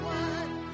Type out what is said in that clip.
one